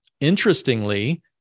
Interestingly